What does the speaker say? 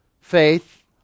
faith